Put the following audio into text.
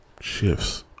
shifts